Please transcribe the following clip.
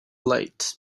late